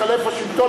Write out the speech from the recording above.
שאם יתחלף השלטון,